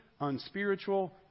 unspiritual